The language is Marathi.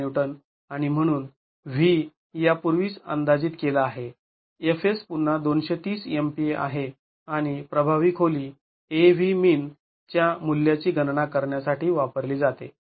५ kN आणि म्हणून V यापूर्वीच अंदाजीत केला आहे Fs पुन्हा २३० MPa आहे आणि प्रभावी खोली Avmin च्या मूल्या ची गणना करण्यासाठी वापरली जाते